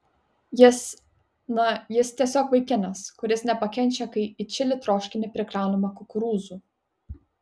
jis na jis tiesiog vaikinas kuris nepakenčia kai į čili troškinį prikraunama kukurūzų